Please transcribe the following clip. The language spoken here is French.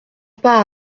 pas